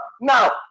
Now